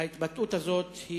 ההתבטאות הזאת,